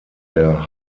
der